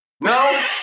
No